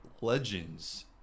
legends